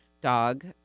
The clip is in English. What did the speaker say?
dog